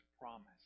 promise